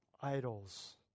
idols